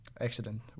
accident